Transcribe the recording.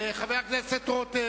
הכנסת רותם,